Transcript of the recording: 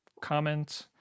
comment